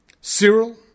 Cyril